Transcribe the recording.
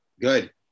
Good